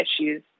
issues